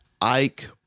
Ike